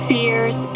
Fears